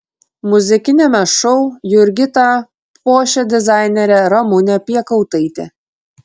muzikiniame šou jurgitą puošia dizainerė ramunė piekautaitė